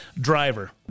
driver